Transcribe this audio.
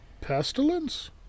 pestilence